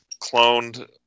cloned